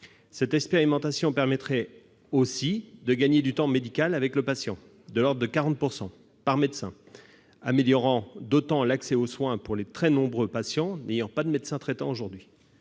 Cette expérimentation permettrait aussi de gagner du temps médical avec le patient, de l'ordre de 40 % par médecin, améliorant d'autant l'accès aux soins pour les très nombreux patients n'ayant aujourd'hui pas de médecin traitant.